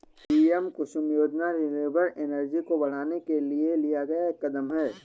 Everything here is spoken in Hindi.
पी.एम कुसुम योजना रिन्यूएबल एनर्जी को बढ़ाने के लिए लिया गया एक कदम है